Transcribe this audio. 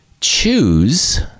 Choose